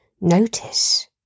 notice